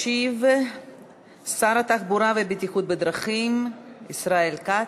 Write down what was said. ישיב שר התחבורה והבטיחות בדרכים ישראל כץ.